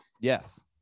Yes